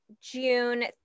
June